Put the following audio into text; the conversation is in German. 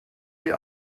wie